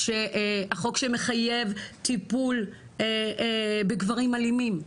החוק שמחייב טיפול בגברים אלימים.